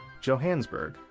Johannesburg